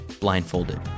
blindfolded